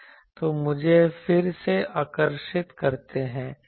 तो मुझे फिर से आकर्षित करते हैं